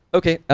okay,